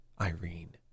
Irene